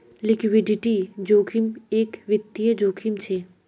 liquidity जोखिम एक वित्तिय जोखिम छे